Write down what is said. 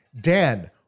Dan